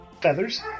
feathers